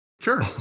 sure